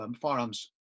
firearms